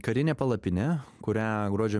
karinė palapinė kurią gruodžio